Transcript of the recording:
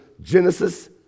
Genesis